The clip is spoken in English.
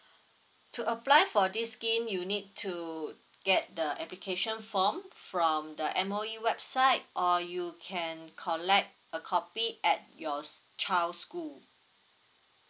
to apply for this scheme you need to get the application form from the M_O_E website or you can collect a copy at your s~ child school